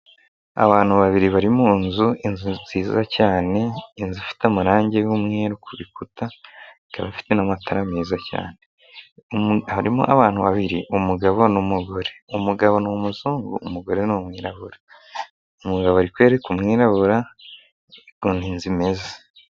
Abantu babiri bari mu nzu, inzu nziza cyane, inzu ifite amarangi y'umweru ku bikuta, ikaba ifite n'amatara meza cyane, harimo abantu babiri umugabo n'umugore, umugabo ni umuzungu, umugore ni umwirabura, umugabo ari kwereka umwirabura ukuntu inzu imeze.